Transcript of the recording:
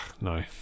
no